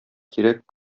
кирәк